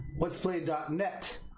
What'splay.net